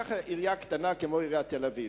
קח עירייה קטנה כמו עיריית תל-אביב.